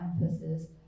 emphasis